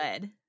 good